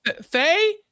Faye